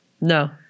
No